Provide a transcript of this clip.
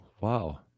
wow